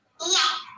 Yes